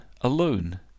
alone